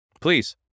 Please